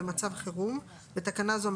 במצב חירום (בתקנה זו,